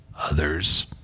others